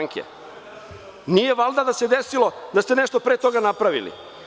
Nije valjda da se desilo da ste nešto pre toga napravili?